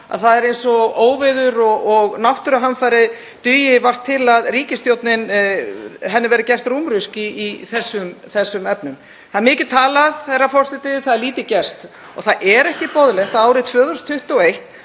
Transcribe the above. að það er eins og óveður og náttúruhamfarir dugi vart til að ríkisstjórninni verði gert rúmrusk í þessum efnum. Það er mikið talað, herra forseti, en lítið gert. Það er ekki boðlegt árið 2021